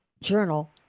journal